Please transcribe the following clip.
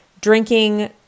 drinking